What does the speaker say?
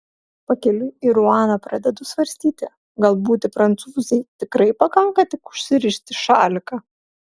pakeliui į ruaną pradedu svarstyti gal būti prancūzei tikrai pakanka tik užsirišti šaliką